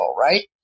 right